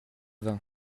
vin